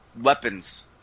weapons